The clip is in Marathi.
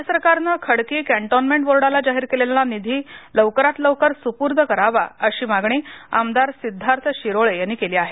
राज्य सरकारनं खडकी कॅन्टोन्मेंट बोर्डाला जाहीर केलेला निधी लवकरात लवकर सुप्रर्द करावा अशी मागणी आमदार सिद्धार्थ शिरोळे यांनी केली आहे